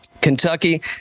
Kentucky